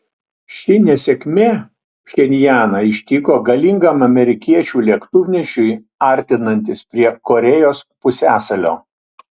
ši nesėkmė pchenjaną ištiko galingam amerikiečių lėktuvnešiui artinantis prie korėjos pusiasalio